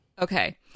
Okay